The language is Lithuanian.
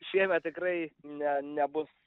šiemet tikrai ne nebus